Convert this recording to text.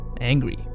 angry